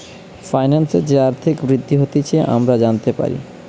ফাইন্যান্সের যে আর্থিক বৃদ্ধি হতিছে আমরা জানতে পারি